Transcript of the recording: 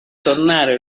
tornare